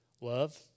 love